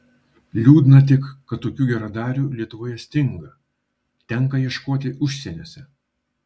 liūdna tik kad tokių geradarių lietuvoje stinga tenka ieškoti užsieniuose